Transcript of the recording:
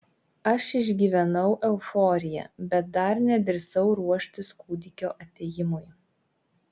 aš išgyvenau euforiją bet dar nedrįsau ruoštis kūdikio atėjimui